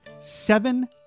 seven